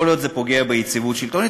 יכול להיות שזה פוגע ביציבות השלטונית,